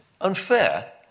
unfair